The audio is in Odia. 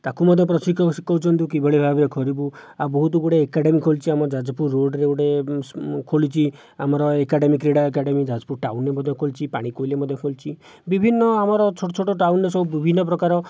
ତାକୁ ମଧ୍ୟ ପ୍ରଶିକ୍ଷକ ଶିଖଉଛନ୍ତି କି ତୁ କିଭଳି ଭାବରେ କରିବୁ ଆଉ ବହୁତ ଗୁଡ଼ାଏ ଏକାଡ଼େମି ଖୋଲିଛି ଆମ ଯାଜପୁର ରୋଡ଼ରେ ଗୋଟିଏ ଖୋଲିଛି ଆମର ଏକାଡ଼େମୀ କ୍ରୀଡ଼ା ଏକାଡ଼େମୀ ଯାଜପୁର ଟାଉନରେ ମଧ୍ୟ ଖୋଲିଛି ପାଣିକୋଇଲିରେ ମଧ୍ୟ ଖୋଲିଛି ବିଭିନ୍ନ ଆମର ଛୋଟଛୋଟ ଟାଉନରେ ସବୁ ବିଭିନ୍ନ ପ୍ରକାର